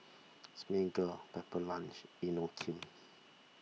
Smiggle Pepper Lunch Inokim